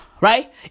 right